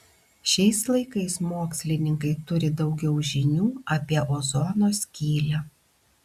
šiais laikais mokslininkai turi daugiau žinių apie ozono skylę